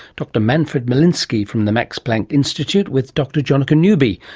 dr manfred milinski from the max planck institute with dr jonica newby,